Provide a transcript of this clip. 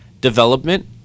development